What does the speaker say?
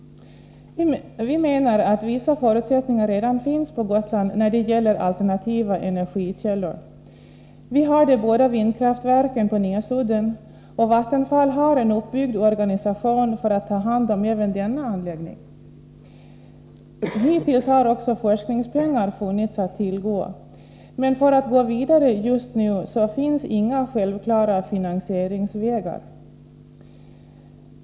Vi menar att vissa förutsättningar redan finns på Gotland när det gäller alternativa energikällor. Vi har de båda vindkraftverken på Näsudden, och Vattenfall har en uppbyggd organisation för att ta hand om även denna anläggning. Hittills har också forskningspengar funnits att tillgå. Men för att gå vidare just nu finns inga självklara finansieringsvägar.